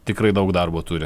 tikrai daug darbo turi